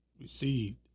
received